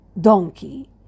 donkey